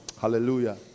Hallelujah